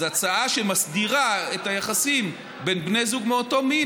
אז הצעה שמסדירה את היחסים בין בני זוג מאותו מין,